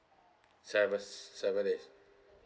seve~ seven days